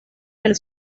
del